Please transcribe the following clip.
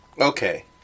Okay